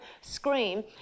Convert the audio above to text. scream